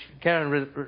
Karen